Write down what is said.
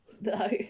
No